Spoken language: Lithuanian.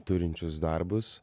turinčius darbus